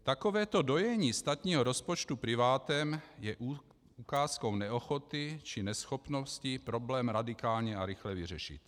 Takovéto dojení státního rozpočtu privátem je ukázkou neochoty či neschopnosti problém radikálně a rychle vyřešit.